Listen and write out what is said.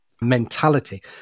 mentality